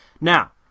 now